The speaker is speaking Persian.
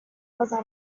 عذر